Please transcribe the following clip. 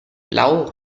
blau